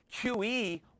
QE